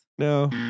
No